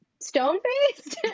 stone-faced